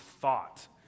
thought